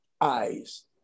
eyes